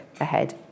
ahead